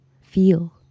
feel